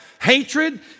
hatred